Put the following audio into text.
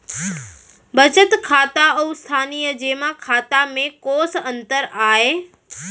बचत खाता अऊ स्थानीय जेमा खाता में कोस अंतर आय?